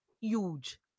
huge